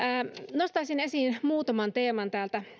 nostaisin esiin muutaman teeman